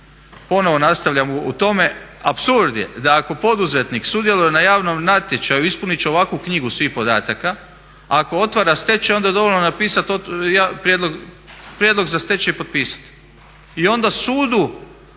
Ponovno nastavljam o tome, apsurd je da ako poduzetnik sudjeluje na javnom natječaju, ispunit će ovakvu knjigu svih podataka, ako otvara stečaj onda je dovoljno napisat prijedlog za stečaj i potpisat i onda sudu